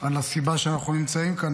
על הסיבה שאנחנו נמצאים כאן.